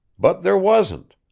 but there wasn't.